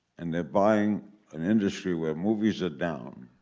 and they're buying an industry where movies are down,